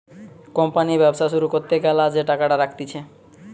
company ব্যবসা শুরু করতে গ্যালা যে টাকাটা রাখতিছে